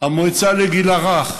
המועצה לגיל הרך,